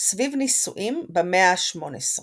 סביב נישואים במאה ה־18.